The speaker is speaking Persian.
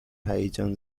هیجان